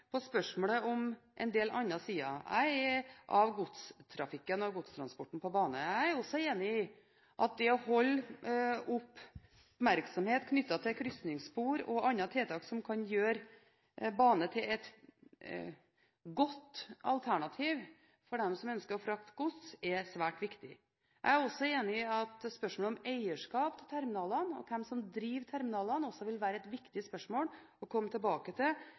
på spørsmålet om en del andre sider av godstrafikken og godstransporten på bane. Jeg er også enig i at det å holde oppmerksomhet knyttet til krysningsspor og andre tiltak som kan gjøre bane til et godt alternativ for dem som ønsker å frakte gods, er svært viktig. Jeg er også enig i at spørsmålet om eierskap til terminalene og hvem som driver terminalene, også vil være et viktig spørsmål å komme tilbake til